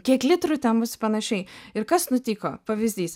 kiek litrų ten bus ir panašiai ir kas nutiko pavyzdys